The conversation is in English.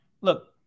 look